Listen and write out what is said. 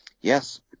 Yes